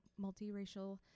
multiracial